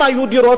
אם היו דירות,